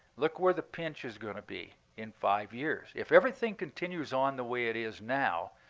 look where the pinch is going to be in five years. if everything continues on the way it is now,